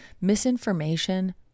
misinformation